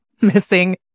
missing